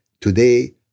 today